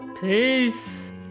Peace